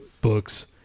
books